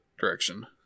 direction